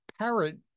parrot